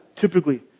typically